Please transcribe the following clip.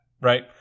right